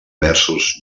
versos